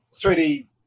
3D